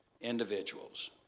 individuals